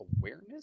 awareness